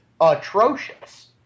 atrocious